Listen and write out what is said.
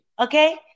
Okay